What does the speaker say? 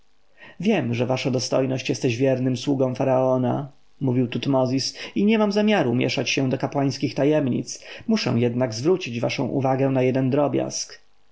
wiem że wasza dostojność jesteś wiernym sługą faraona mówił tutmozis i nie mam zamiaru mieszać się do kapłańskich tajemnic muszę jednak zwrócić waszą uwagę na jeden drobiazg